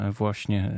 właśnie